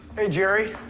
hey, jerry.